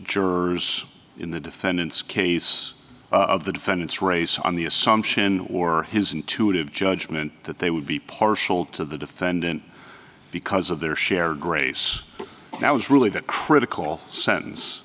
jurors in the defendant's case of the defendant's race on the assumption or his intuitive judgment that they would be partial to the defendant because of their shared grace now is really the critical sentence